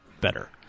better